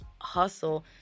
hustle